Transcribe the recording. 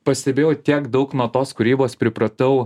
pastebėjau tiek daug nuo tos kūrybos pripratau